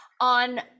on